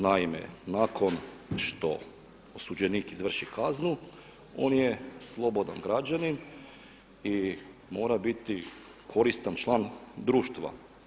Naime, nakon što osuđenik izvrši kaznu on je slobodan građanin i mora biti koristan član društva.